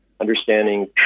understanding